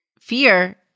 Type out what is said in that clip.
Fear